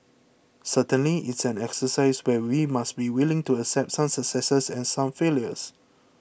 certainly it's an exercise where we must be willing to accept some successes and some failures